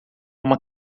uma